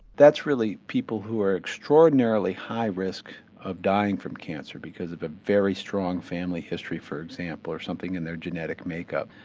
that's really people who are extraordinarily high risk of dying from cancer because of a very strong family history for example, or something in their genetic makeup,